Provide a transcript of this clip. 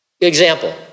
Example